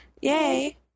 yay